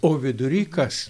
o vidury kas